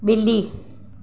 बि॒ली